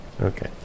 Okay